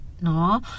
No